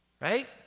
Right